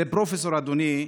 זה פרופסור, אדוני,